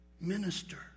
minister